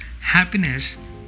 happiness